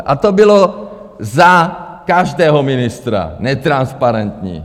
A to bylo za každého ministra, netransparentní.